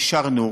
אישרנו,